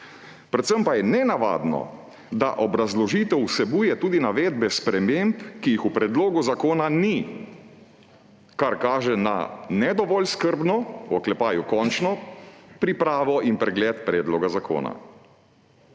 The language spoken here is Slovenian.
»Predvsem pa je nenavadno, da obrazložitev vsebuje tudi navedbe sprememb, ki jih v predlogu zakona ni, kar kaže na ne dovolj skrbno (kočno) pripravo in pregled predloga zakona.«